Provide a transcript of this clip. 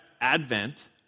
Advent